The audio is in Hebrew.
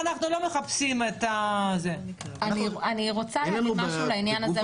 אנחנו לא מחפשים את --- אני רוצה להסביר משהו בעניין הזה.